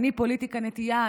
אני פוליטיקה נקייה,